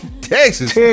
Texas